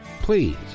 Please